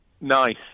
Nice